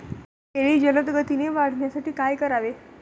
केळी जलदगतीने वाढण्यासाठी काय करावे?